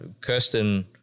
Kirsten –